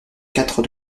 quatre